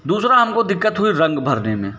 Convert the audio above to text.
दूसरा हमको दिक्कत हुई रंग भरने में